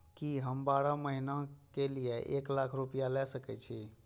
की हम बारह महीना के लिए एक लाख रूपया ले सके छी?